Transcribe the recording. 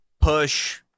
push